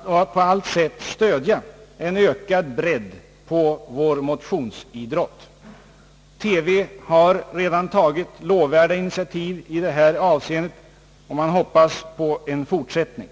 och på allt sätt stödja en ökad bredd på vår motionsidrott. TV har redan tagit lovvärda initiativ i det avseendet, och man får hoppas på en fortsättning.